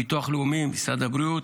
הביטוח הלאומי ומשרד הבריאות.